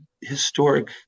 historic